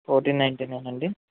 fourteen నైంటీనేనండీ